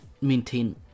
maintain